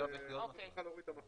כי את צריכה להוריד את המחלימים.